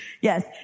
yes